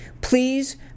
please